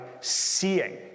seeing